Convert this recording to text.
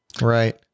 Right